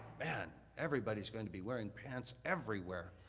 man, everybody's going to be wearing pants everywhere.